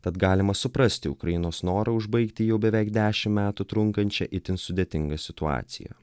tad galima suprasti ukrainos norą užbaigti jau beveik dešim metų trunkančią itin sudėtingą situaciją